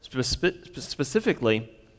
specifically